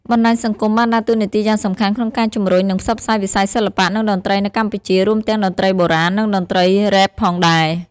បណ្ដាញសង្គមបានដើរតួនាទីយ៉ាងសំខាន់ក្នុងការជំរុញ និងផ្សព្វផ្សាយវិស័យសិល្បៈ និងតន្ត្រីនៅកម្ពុជា រួមទាំងតន្ត្រីបុរាណ និងតន្ត្រីរ៉េបផងដែរ។